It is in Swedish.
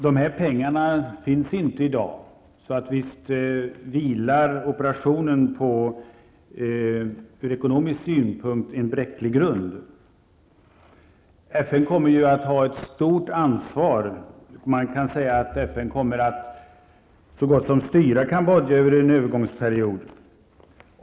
De pengarna finns i dag inte, så visst vilar operationen på en bräcklig grund från ekonomisk synpunkt. FN kommer ju att ha ett stort ansvar. Man kan säga att FN kommer att så gott som styra Kambodja under en övergångsperiod.